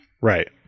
Right